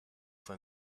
find